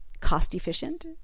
cost-efficient